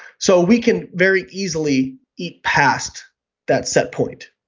so we can very easily eat past that set point,